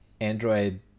Android